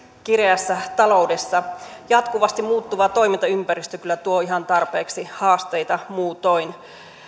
kireässä taloudessa jatkuvasti muuttuva toimintaympäristö kyllä tuo ihan tarpeeksi haasteita muutoin